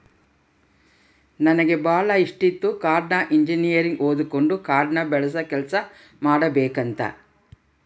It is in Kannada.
ನನಗೆ ಬಾಳ ಇಷ್ಟಿತ್ತು ಕಾಡ್ನ ಇಂಜಿನಿಯರಿಂಗ್ ಓದಕಂಡು ಕಾಡ್ನ ಬೆಳಸ ಕೆಲ್ಸ ಮಾಡಬಕಂತ